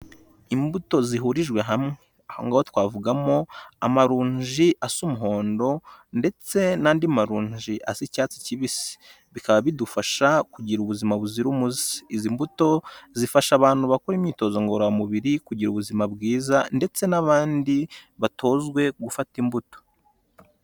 Imbuto zihurijwe hamwe aho ngaho twavugamo amaronji asa umuhondo ndetse n'andi maronji asa icyatsi kibisi bikaba bidufasha kugira ubuzima buzira umuze, izi mbuto zifasha abantu bakora imyitozo ngororamubiri kugira ubuzima bwiza ndetse n'abandi batozwe gufata imbuto.